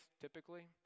typically